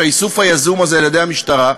האיסוף היזום הזה על-ידי המשטרה,